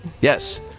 Yes